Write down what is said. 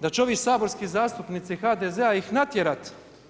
da će ovi saborski zastupnici HDZ-a ih natjerati.